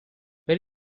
per